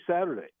Saturday